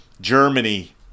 Germany